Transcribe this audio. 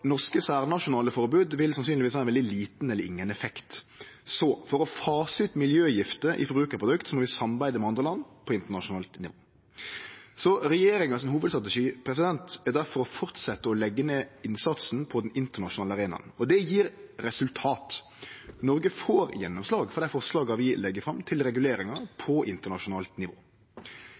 norske særnasjonale forbod vil sannsynlegvis ha veldig liten eller ingen effekt. For å fase ut miljøgifter i forbrukarprodukt må vi samarbeide med andre land på internasjonalt nivå. Regjeringa sin hovudstrategi er difor å fortsetje å leggje ned innsatsen på den internasjonale arenaen. Det gjev resultat. Noreg får gjennomslag for dei forslaga vi legg fram til reguleringar på internasjonalt nivå.